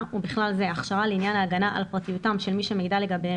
ובכלל זה הכשרה לעניין ההגנה על פרטיותם של מי שמידע לגביהם